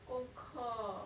功课